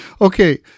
Okay